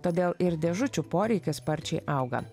todėl ir dėžučių poreikis sparčiai auga